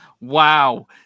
Wow